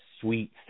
sweet